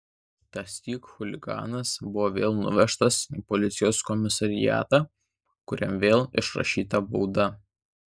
tąsyk chuliganas buvo vėl nuvežtas į policijos komisariatą kur jam vėl išrašyta bauda